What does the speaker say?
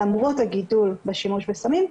למרות הגידול בשימוש בסמים,